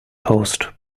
host